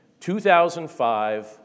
2005